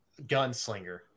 gunslinger